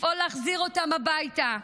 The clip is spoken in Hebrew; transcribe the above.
לפעול להחזיר אותם הביתה.